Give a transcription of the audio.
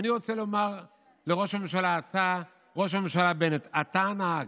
ואני רוצה לומר לראש הממשלה בנט: אתה הנהג.